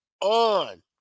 on